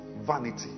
vanity